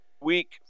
week